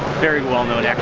very well-known,